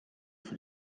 für